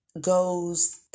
goes